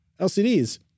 LCDs